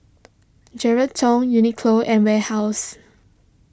Geraldton Uniqlo and Warehouse